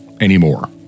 anymore